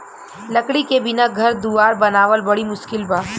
लकड़ी के बिना घर दुवार बनावल बड़ी मुस्किल बा